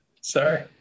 Sorry